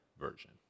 Version